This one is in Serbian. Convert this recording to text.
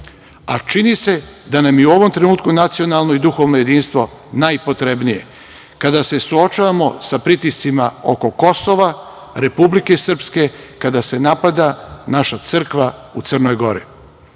a čini se da nam je ovom trenutku nacionalno i duhovno jedinstvo najpotrebnije kada se suočavamo sa pritiscima oko Kosova, Republike Srpske, kada se napada naša crkva u Crnoj